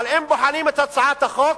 אבל אם בוחנים את הצעת החוק,